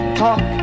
talk